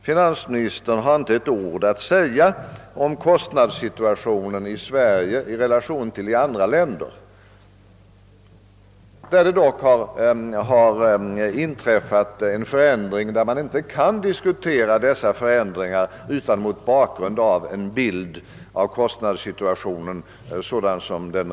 Finansministern har inte ett ord att säga om kostnadssituationen i Sverige jämförd med andra länders, trots att det nu inträffat förändringar som inte kan diskuteras annat än mot bakgrund av den tidigare kostnadssituationen.